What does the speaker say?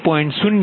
0 p